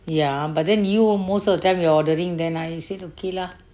ya but then you most of them you ordering then I said okay lah